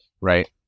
right